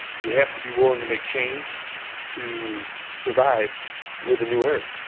you have to be willing to make change to survive with the new era.